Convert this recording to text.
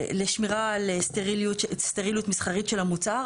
לשמירה על סטריליות מסחרית של המוצר.